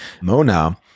Mona